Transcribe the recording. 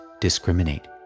discriminate